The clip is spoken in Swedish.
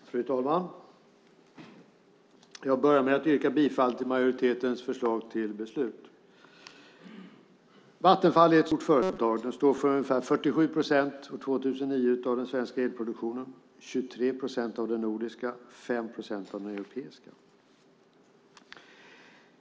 Fru talman! Jag börjar med att yrka bifall till majoritetens förslag till beslut. Vattenfall är ett stort företag. År 2009 stod det för ungefär 47 procent av den svenska elproduktionen, 23 procent av den nordiska och 5 procent av den europeiska.